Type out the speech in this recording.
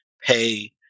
pay